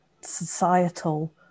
societal